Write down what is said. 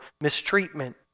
mistreatment